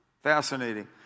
Fascinating